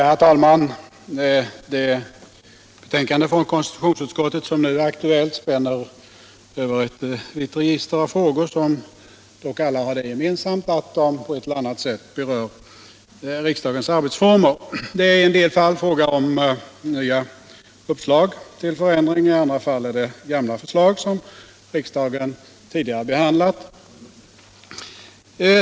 Herr talman! Det betänkande från konstitutionsutskottet som nu är aktuellt spänner över ett vitt register av frågor, som dock har det gemensamt att de på ett eller annat sätt berör riksdagens arbetsformer. Det är i en del fall fråga om nya uppslag till förändringar. I andra fall är det fråga om gamla förslag som riksdagen tidigare har behandlat.